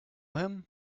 him